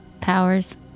powers